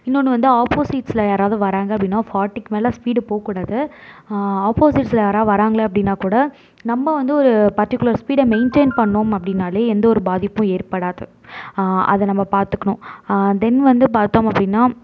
இன்னோன்று வந்து ஆப்போசிட்ஸில் யாராவது வராங்க அப்படினா ஃபார்டிக்கு மேலே ஸ்பீடு போகக்கூடாது ஆப்போசிட்ஸ்சில் யாராவது வராங்க அப்படினாக்கூட நம்ம வந்து ஒரு பர்ட்டிக்குலர் ஸ்பீடை மெயின்டைன் பண்ணோம் அப்படினாலே எந்த ஒரு பாதிப்பும் ஏற்படாது அதை நம்ம பார்த்துக்கணும் தென் வந்து பார்த்தோம் அப்படினா